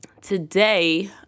today